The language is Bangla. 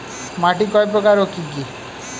মাটি কয় প্রকার ও কি কি?